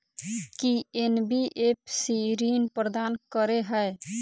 की NBFC ऋण प्रदान करे है?